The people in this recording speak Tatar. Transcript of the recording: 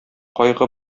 кайгы